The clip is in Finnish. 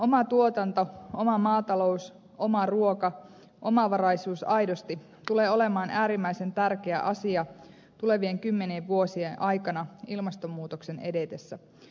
oma tuotanto oma maatalous oma ruoka omavaraisuus aidosti tulee olemaan äärimmäisen tärkeä asia tulevien kymmenien vuosien aikana ilmastonmuutoksen edetessä